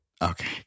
Okay